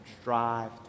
Strive